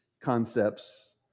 concepts